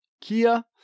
Kia